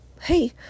hey